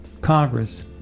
Congress